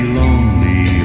lonely